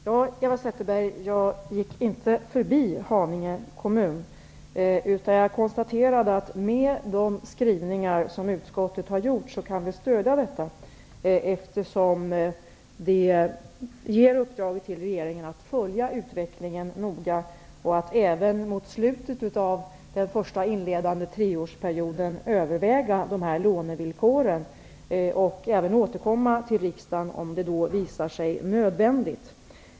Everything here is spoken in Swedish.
Herr talman! Jag gick inte förbi Haninge kommun, Eva Zetterberg, utan jag konstaterade att vi kan stödja utskottets skrivningar i betänkandet i fråga om Haninge kommun, eftersom utskottet ger regeringen i uppdrag att noga följa utvecklingen och att även mot slutet av den första inledande treårsperioden överväga lånevillkoren och återkomma till riksdagen om det då visar sig nödvändigt.